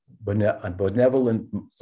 benevolent